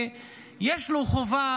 ויש לו חובה